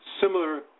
similar